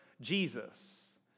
Jesus